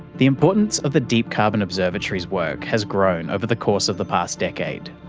the importance of the deep carbon observatory's work has grown over the course of the past decade.